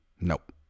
Nope